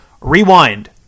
rewind